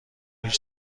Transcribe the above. هیچ